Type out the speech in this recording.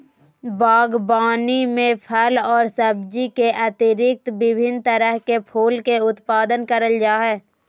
बागवानी में फल और सब्जी के अतिरिक्त विभिन्न तरह के फूल के उत्पादन करल जा हइ